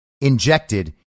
injected